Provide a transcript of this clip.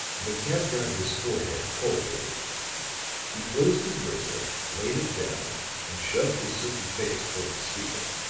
the cab driver's forehead corrugated he closed his razor, laid it down and shoved his' soapy face toward the speaker.